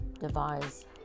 devise